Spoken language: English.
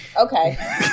okay